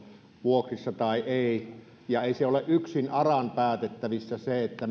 vuokrissa tai ei ja ei se ole yksin aran päätettävissä